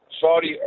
Saudi